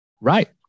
Right